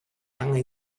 lange